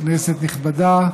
כנסת נכבדה,